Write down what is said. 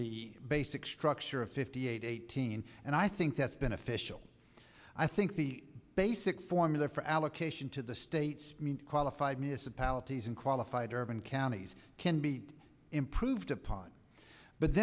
the basic structure of fifty eight eighteen and i think that's beneficial i think the basic formula for allocation to the states qualified municipalities and qualified urban counties can be improved upon but